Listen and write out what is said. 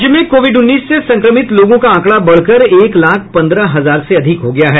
राज्य में कोविड उन्नीस से संक्रमित लोगों का आंकड़ा बढ़कर एक लाख पंद्रह हजार से अधिक हो गया है